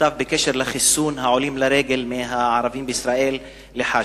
מכתב בקשר לחיסון העולים לרגל מקרב הערבים בישראל לחאג'.